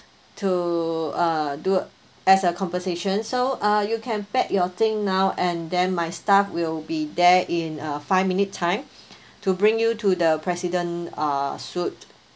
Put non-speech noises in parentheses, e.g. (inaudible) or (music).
to uh do as a compensation so uh you can pack your thing now and then my staff will be there in a five minutes time (breath) to bring you to the president uh suite